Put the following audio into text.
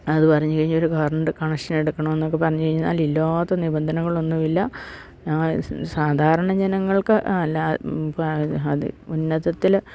അത് പറഞ്ഞ് കഴിഞ്ഞാൽ ഒരു കറൻറ്റ് കണക്ഷൻ എടുക്കണമെന്നൊക്കെ പറഞ്ഞ് കഴിഞ്ഞാല് ഇല്ലാത്ത നിബന്ധനങ്ങളൊന്നുമില്ല സാധാരണ ജനങ്ങൾക്ക് അല്ല അത് ഉന്നതത്തില്